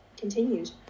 continued